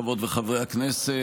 חברות וחברי הכנסת,